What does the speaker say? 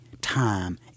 time